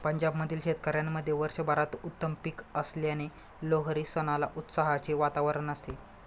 पंजाब मधील शेतकऱ्यांमध्ये वर्षभरात उत्तम पीक आल्याने लोहरी सणाला उत्साहाचे वातावरण असते